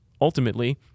ultimately